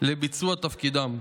לביצוע תפקידו.